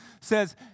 says